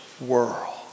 world